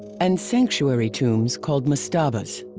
and sanctuary tombs called mastabas.